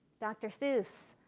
dr. seuss.